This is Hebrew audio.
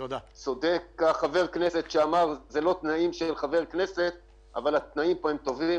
צודק חבר הכנסת שאמר זה לא תנאים של חבר כנסת אבל התנאים פה הם טובים.